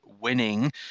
winning